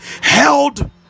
held